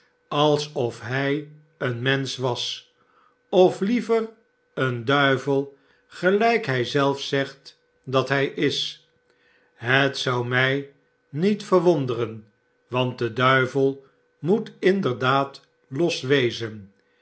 alsof hij een mensclv was of liever een duivel gelijk hij zelf zegt dat hij is het zou mij niet verwonderen want de duivel moet inderdaad los wezen